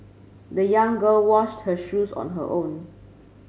the young girl washed her shoes on her own